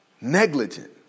Negligent